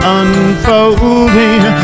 unfolding